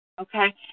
Okay